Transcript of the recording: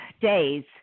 days